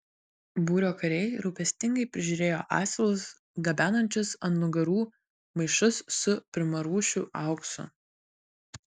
būrio kariai rūpestingai prižiūrėjo asilus gabenančius ant nugarų maišus su pirmarūšiu auksu